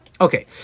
Okay